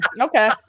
Okay